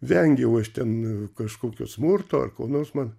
vengiau aš ten kažkokio smurto ar ko nors man